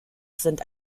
sind